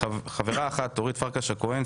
חברה אחת: אורית פרקש הכהן.